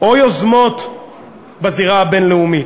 או יוזמות בזירה הבין-לאומית.